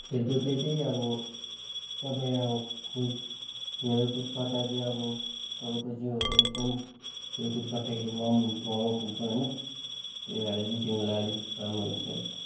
खेलकुदले चाहिँ अब तपाईँ अब खेलकुद गर्दा चाहिँ अब तपाईँको जिउहरू एकदम खेलकुद गर्दाखेरि वार्म हुन्छ वार्मअप हुन्छ होइन त्यो भएर चाहिँ जिउलाई अलिक राम्रो हुन्छ